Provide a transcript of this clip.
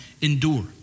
endure